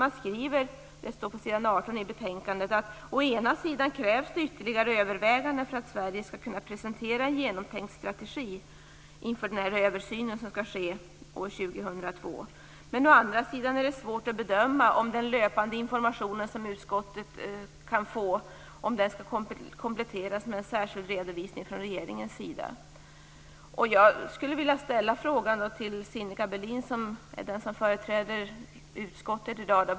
På s. 18 i betänkandet skriver man: Å ena sidan krävs det ytterligare överväganden för att Sverige skall kunna presentera en genomtänkt strategi inför den översyn som skall ske år 2002. Å andra sidan är det svårt att bedöma om den löpande information som utskottet kan få skall kompletteras med en särskild redovisning från regeringens sida. Jag skulle vilja ställa en fråga till Sinikka Bohlin, som företräder utskottsmajoriteten i dag.